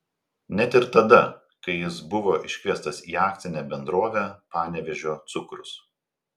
net ir tada kai jis buvo iškviestas į akcinę bendrovę panevėžio cukrus